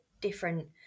different